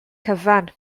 cyfan